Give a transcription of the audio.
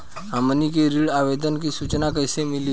हमनी के ऋण आवेदन के सूचना कैसे मिली?